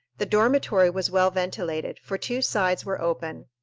the dormitory was well ventilated, for two sides were open.